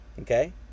Okay